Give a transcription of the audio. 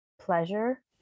pleasure